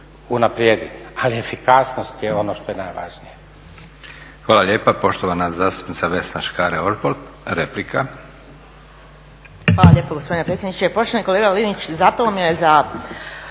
ali efikasnost je ono što je najvažnije.